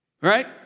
right